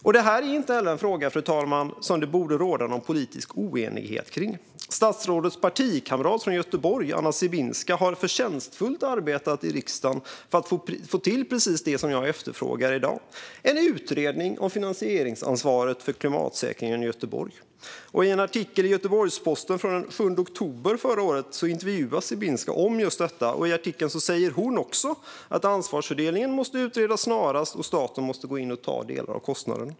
Fru talman! Det är inte heller en fråga som det borde råda någon politisk oenighet om. Statsrådets partikamrat från Göteborg, Anna Sibinska, har förtjänstfullt arbetat i riksdagen för att få till precis det som jag efterfrågar i dag. Det är en utredning om finansieringsansvaret för klimatsäkringen av Göteborg. I en artikel i Göteborgs-Posten från den 7 oktober förra året intervjuas Sibinska om just detta. I artikeln säger hon också att ansvarsfördelningen måste utredas snarast och att staten måste gå in och ta delar av kostnaden.